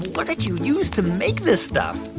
what did you use to make this stuff?